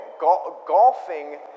Golfing